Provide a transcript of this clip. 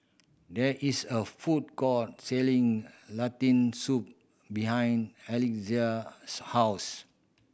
there is a food court selling Lentil Soup behind Alexia's house